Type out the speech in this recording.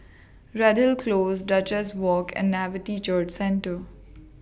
Redhill Close Duchess Walk and Nativity Church Centre